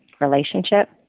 relationship